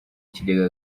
kigega